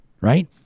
Right